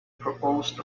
proposed